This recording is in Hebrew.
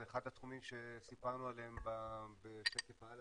זה אחד התחומים שסיפרנו עליהם בשקף העל,